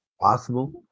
Possible